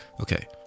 Okay